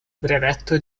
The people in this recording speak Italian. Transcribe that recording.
brevetto